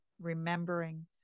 remembering